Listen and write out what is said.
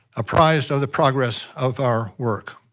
appraised of the progress of our work.